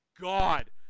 God